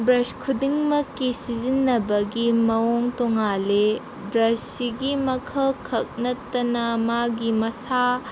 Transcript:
brush ꯈꯨꯗꯤꯛꯃꯛꯀꯤ ꯁꯤꯖꯤꯟꯅꯕꯒꯤ ꯃꯑꯣꯡ ꯇꯣꯡꯉꯥꯜꯂꯤ ꯕ꯭ꯔꯁꯁꯤꯒꯤ ꯃꯈꯜꯈꯛ ꯅꯠꯇꯅ ꯃꯥꯒꯤ ꯃꯁꯥ